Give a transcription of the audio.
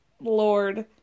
Lord